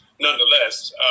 nonetheless